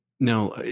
Now